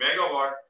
megawatt